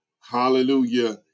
hallelujah